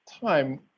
time